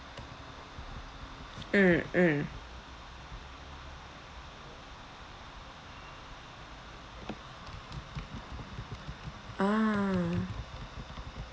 mm mm ah